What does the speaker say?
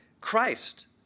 Christ